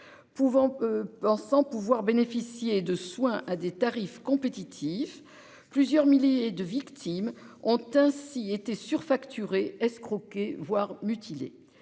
Pensant pouvoir bénéficier de soins à des tarifs compétitifs, plusieurs milliers de victimes ont ainsi été surfacturés escroqué voire mutilé